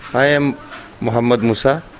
i am muhammed musa.